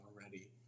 already